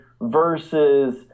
versus